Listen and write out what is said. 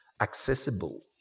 accessible